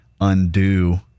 undo